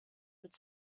mit